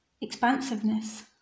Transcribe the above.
expansiveness